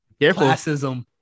classism